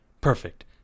Perfect